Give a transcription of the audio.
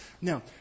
Now